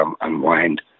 unwind